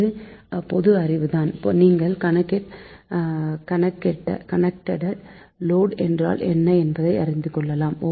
இது பொது அறிவுதான் நீங்கள் கனெக்டெட் லோடு என்றால் என்ன என்பதை அறிந்துகொள்ளலாம்